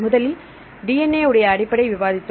முதலில் DNA உடைய அடிப்படை விவாதித்தோம்